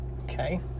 Okay